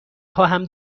خواهم